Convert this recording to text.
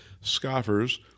scoffers